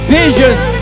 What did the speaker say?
visions